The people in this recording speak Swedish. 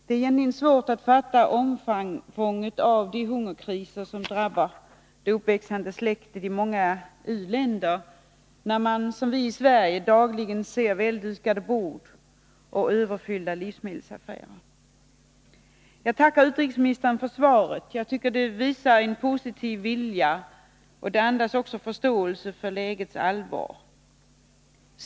Det är svårt att fatta omfånget av de hungerkriser som drabbar det uppväxande släktet i många u-länder, när man som vi i Sverige dagligen ser väldukade bord och överfyllda livsmedelsaffärer. Jag tackar utrikesministern för svaret. Det visar en positiv vilja och andas förståelse för lägets allvar.